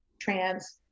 trans